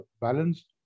balanced